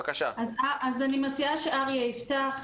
אז אני מציעה שאריה יפתח,